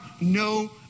no